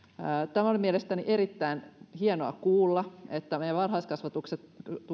oli mielestäni erittäin hienoa kuulla että meidän varhaiskasvatuksen